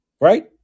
right